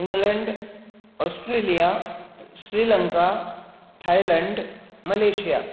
England Australia Sri Lanka Thailand Malaysia